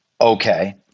Okay